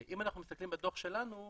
אם מסתכלים בדו"ח שלנו,